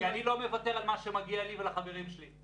אני מניח שעל אובדן עין גם למשרד הביטחון קשה להתווכח.